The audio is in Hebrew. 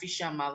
כפי שאמרת.